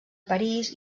parís